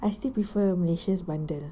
I still prefer malaysia's bundle